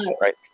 right